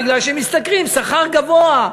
מפני שהם משתכרים שכר גבוה.